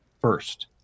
first